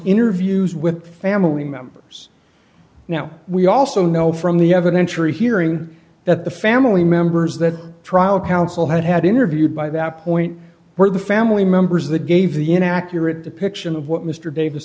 interviews with family members now we also know from the evidentiary hearing that the family members that trial counsel had had interviewed by that point were the family members that gave the an accurate depiction of what mr davis